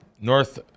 north